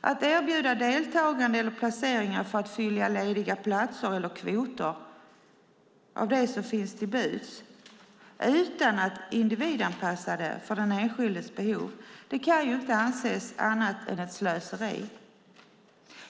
Att erbjuda deltagande eller placeringar för att fylla lediga platser eller kvoter av det som finns till buds utan att individanpassa det för den enskildes behov kan inte anses som annat än ett slöseri.